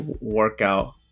workout